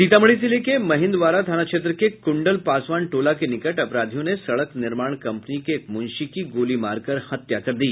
सीतामढ़ी जिले के महिन्दवारा थाना क्षेत्र के कुंडल पासवान टोला के निकट अपराधियों ने सड़क निर्माण कंपनी के एक मुंशी की गोली मारकर हत्या कर दी